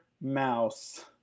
mouse